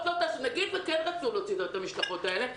נגיד שהחברות כן רצו להוציא את המשלחות האלה,